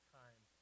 time